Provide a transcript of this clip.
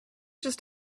just